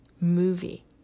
movie